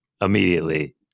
immediately